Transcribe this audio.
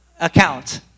account